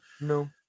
No